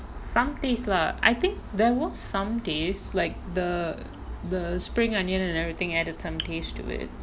some taste lah I think there was some taste like the the spring onion and everything added some taste to it